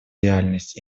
реальность